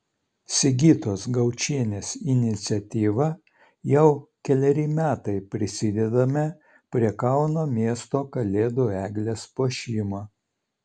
sigitos gaučienės iniciatyva jau keleri metai prisidedame prie kauno miesto kalėdų eglės puošimo